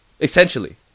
essentially